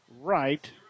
right